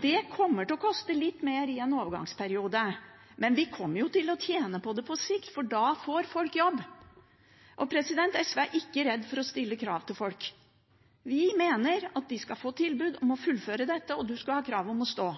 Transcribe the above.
Det kommer til å koste litt mer i en overgangsperiode, men vi kommer til å tjene på det på sikt, for da får folk jobb. SV er ikke redd for å stille krav til folk. Vi mener at de skal få tilbud om å fullføre dette, og man skal ha krav om å stå.